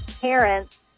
parents